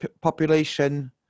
population